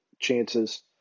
chances